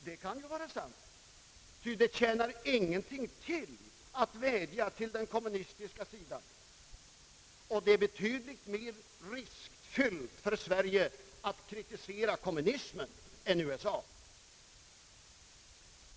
Det kan ju vara sant, ty det tjänar ingenting till att vädja till den kommunistiska sidan, och det är betydligt mer riskfyllt för Sverige att kritisera kommunismen än USA.